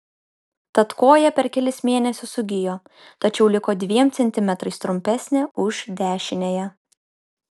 tad koja per kelis mėnesius sugijo tačiau liko dviem centimetrais trumpesnė už dešiniąją